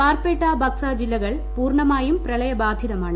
ബാർപേട്ട ബക്സ ജില്ലകൾ പൂർണമായും പ്രളയബാധിതമാണ്